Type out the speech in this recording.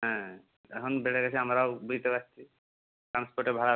হ্যাঁ এখন বেড়ে গেছে আমরাও বুঝতে পারছি ট্রান্সপোর্টের ভাড়া বেশি